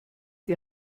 die